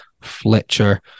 Fletcher